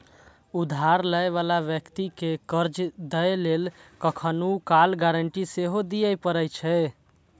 उधार लै बला व्यक्ति कें कर्ज दै लेल कखनहुं काल गारंटी सेहो दियै पड़ै छै